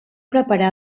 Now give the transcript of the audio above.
preparar